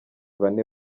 bane